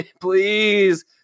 please